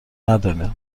ندانید